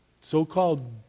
so-called